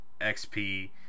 XP